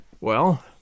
Well